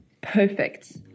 perfect